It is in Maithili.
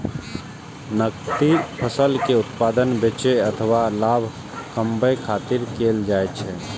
नकदी फसल के उत्पादन बेचै अथवा लाभ कमबै खातिर कैल जाइ छै